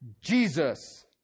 Jesus